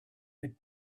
had